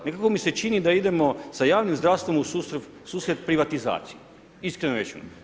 Nekako mi se čini da idemo sa javnim zdravstvom u susret privatizaciji, iskreno rečeno.